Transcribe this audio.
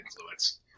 influence